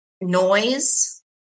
noise